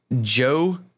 Joe